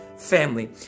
family